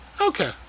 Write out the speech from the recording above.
Okay